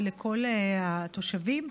ולכל התושבים.